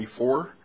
24